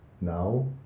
now